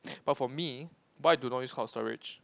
but for me why I do not use cloud storage